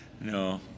No